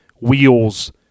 wheels